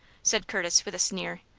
said curtis, with a sneer.